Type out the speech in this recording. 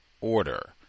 order